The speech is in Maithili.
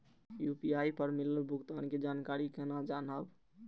यू.पी.आई पर मिलल भुगतान के जानकारी केना जानब?